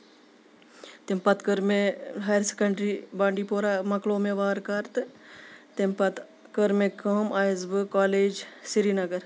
تَمہِ پَتہٕ کٔر مےٚ ہایر سیکنڈری بانٛڈی پورا مۄکلو مےٚ وارٕ کارٕ تہٕ تَمہِ پَتہٕ کٔر مےٚ کٲم آیَس بہٕ کالج سِری نَگر